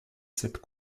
cette